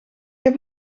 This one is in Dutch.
heb